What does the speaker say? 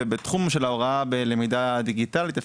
ובתחום של ההוראה בלמידה הדיגיטלית,